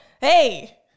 Hey